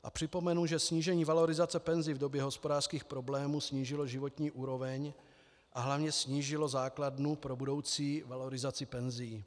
A připomenu, že snížení valorizace penzí v době hospodářských problémů snížilo životní úroveň a hlavně snížilo základnu pro budoucí valorizaci penzí.